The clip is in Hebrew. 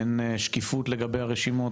אין שקיפות לגבי הרשימות,